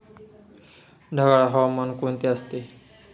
ढगाळ हवामान कोणते असते?